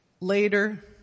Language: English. Later